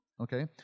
okay